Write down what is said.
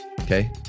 Okay